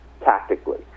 tactically